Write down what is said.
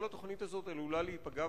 כל התוכנית הזאת עלולה להיפגע,